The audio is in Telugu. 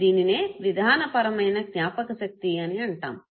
దీనినే విధానపరమైన జ్ఞాపకశక్తి అని అంటాము